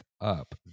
up